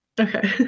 Okay